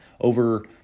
over